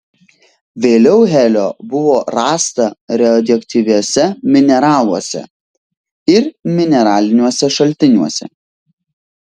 vėliau helio buvo rasta radioaktyviuose mineraluose ir mineraliniuose šaltiniuose